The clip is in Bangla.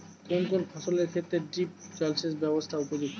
কোন কোন ফসলের ক্ষেত্রে ড্রিপ জলসেচ ব্যবস্থা উপযুক্ত?